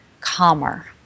calmer